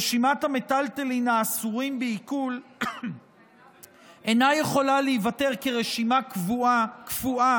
רשמת המיטלטלין האסורים בעיקול אינה יכולה להיוותר כרשימה קפואה